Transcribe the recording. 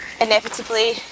inevitably